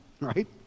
right